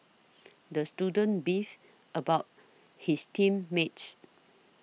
the student beefed about his team mates